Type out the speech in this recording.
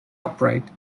upright